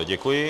Děkuji.